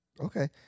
Okay